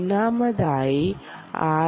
ഒന്നാമതായി ആർ